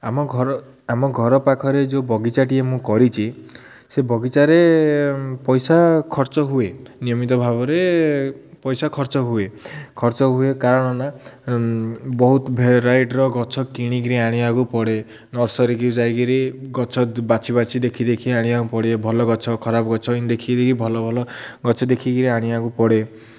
ଆମ ଘର ଆମ ଘର ପାଖରେ ଯୋଉ ବଗିଚାଟିଏ ମୁଁ କରିଚି ସେ ବଗିଚାରେ ପଇସା ଖର୍ଚ୍ଚ ହୁଏ ନିୟମିତ ଭାବରେ ପଇସା ଖର୍ଚ୍ଚ ହୁଏ ଖର୍ଚ୍ଚ ହୁଏ କାରଣ ନା ବହୁତ ଭେରାଇଟର ଗଛ କିଣିକିରି ଆଣିବାକୁ ପଡ଼େ ନର୍ସରୀକି ଯାଇକିରି ଗଛ ବାଛି ବାଛି ଦେଖି ଦେଖି ଆଣିବାକୁ ପଡ଼େ ଭଲ ଗଛ ଖରାପ ଗଛ ଏମିତି ଦେଖିକି ଦେଖି ଭଲ ଭଲ ଗଛ ଦେଖିକିରି ଆଣିବାକୁ ପଡ଼େ